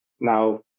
Now